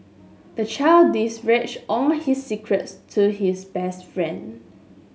the child all his secrets to his best friend